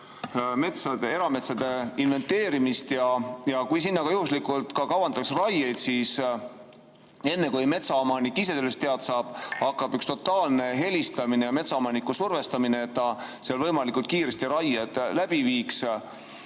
erametsade inventeerimist ja kui seal kavandatakse raiet, siis enne, kui metsaomanik ise sellest teada saab, hakkab üks helistamine ja metsaomaniku survestamine, et ta seal võimalikult kiiresti raide läbi viiks.